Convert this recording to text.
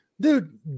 dude